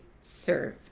serve